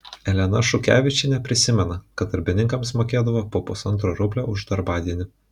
elena šukevičienė prisimena kad darbininkams mokėdavo po pusantro rublio už darbadienį